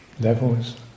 levels